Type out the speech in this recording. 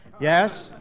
Yes